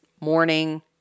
morning